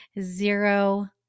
Zero